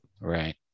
right